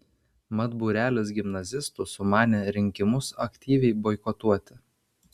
mat būrelis gimnazistų sumanė rinkimus aktyviai boikotuoti